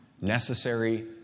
necessary